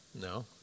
No